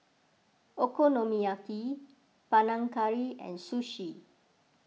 Okonomiyaki Panang Curry and Sushi